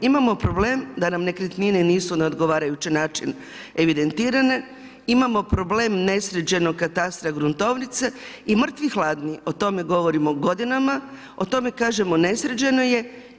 Imamo problem da nam nekretnine nisu na odgovarajući način evidentirane, imamo problem nesređenog katastra, gruntovnice i mrtvi hladni o tome govorimo godinama, o tome kažemo nesređeno je.